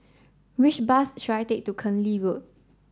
which bus should I take to Keng Lee Road